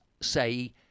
say